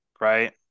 right